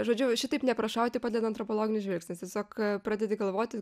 žodžiu šitaip neprašauti padeda antropologinis žvilgsnis tiesiog pradedi galvoti